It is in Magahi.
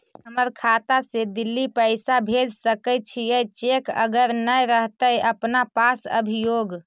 हमर खाता से दिल्ली पैसा भेज सकै छियै चेक अगर नय रहतै अपना पास अभियोग?